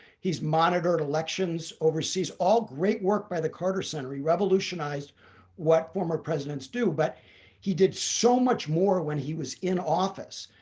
he's monitored elections overseas all great work by the carter center. he revolutionized what former presidents do. but he did so much more when he was in office.